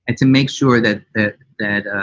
and to make sure that that that ah